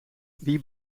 wie